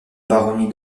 baronnie